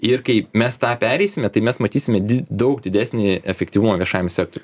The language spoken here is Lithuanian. ir kai mes tą pereisime tai mes matysime daug didesnį efektyvumą viešajam sektoriuj